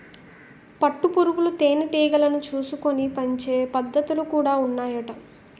పట్టు పురుగులు తేనె టీగలను చూసుకొని పెంచే పద్ధతులు కూడా ఉన్నాయట